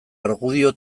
argudio